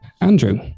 Andrew